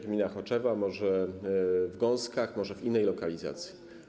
Gmina Choczewo, może w Gąskach, może w innej lokalizacji.